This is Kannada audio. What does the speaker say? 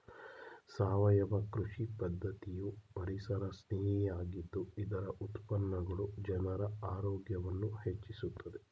ಸಾವಯವ ಕೃಷಿ ಪದ್ಧತಿಯು ಪರಿಸರಸ್ನೇಹಿ ಆಗಿದ್ದು ಇದರ ಉತ್ಪನ್ನಗಳು ಜನರ ಆರೋಗ್ಯವನ್ನು ಹೆಚ್ಚಿಸುತ್ತದೆ